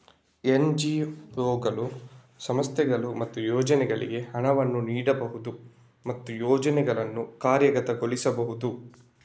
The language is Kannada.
ಎನ್.ಜಿ.ಒಗಳು, ಸಂಸ್ಥೆಗಳು ಮತ್ತು ಯೋಜನೆಗಳಿಗೆ ಹಣವನ್ನು ನೀಡಬಹುದು ಮತ್ತು ಯೋಜನೆಗಳನ್ನು ಕಾರ್ಯಗತಗೊಳಿಸಬಹುದು